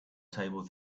table